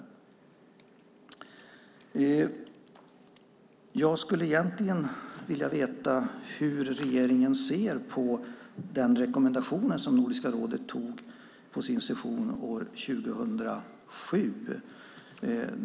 Jag skulle egentligen vilja veta hur regeringen ser på den rekommendation som Nordiska rådet tog på sin session år 2007.